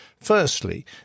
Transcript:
firstly